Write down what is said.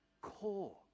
core